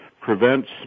prevents